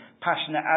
passionate